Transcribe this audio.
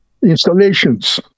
installations